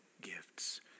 gifts